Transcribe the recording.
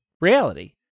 reality